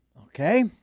Okay